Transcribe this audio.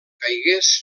caigués